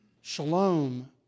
shalom